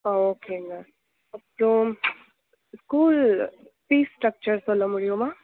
ஓகேங்க அப்புறோம் school fees structures சொல்ல முடியுமா